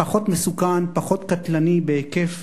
פחות מסוכן ופחות קטלני ובהיקף